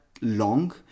long